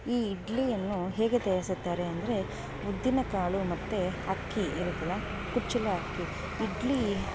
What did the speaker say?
ಈ ಇಡ್ಲಿಯನ್ನು ಹೇಗೆ ತಯಾರಿಸುತ್ತಾರೆ ಅಂದರೆ ಉದ್ದಿನ ಕಾಳು ಮತ್ತು ಅಕ್ಕಿ ಇರುತ್ತಲ್ಲ ಕುಚ್ಚಲ ಅಕ್ಕಿ ಇಡ್ಲಿ